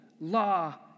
law